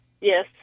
Yes